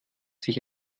sich